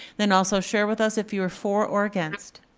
then also share with us if you're for or against.